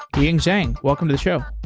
yiying zhang, welcome to the show.